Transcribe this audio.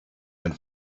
and